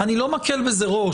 אני לא מקל בזה ראש,